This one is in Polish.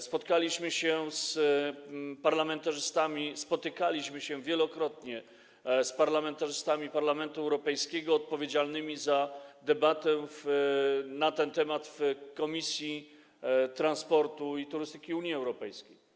Spotkaliśmy się z parlamentarzystami, spotykaliśmy się wielokrotnie z parlamentarzystami Parlamentu Europejskiego odpowiedzialnymi za debatę na ten temat w Komisji Transportu i Turystyki Unii Europejskiej.